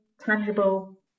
tangible